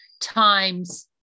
times